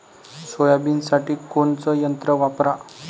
सोयाबीनसाठी कोनचं यंत्र वापरा?